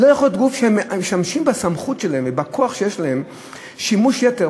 לא יכול להיות גוף שמשתמש בסמכות שלו ובכוח שיש לו שימוש יתר.